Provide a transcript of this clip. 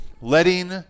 letting